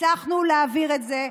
הצלחנו להעביר את זה,